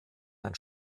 ein